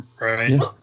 Right